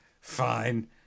fine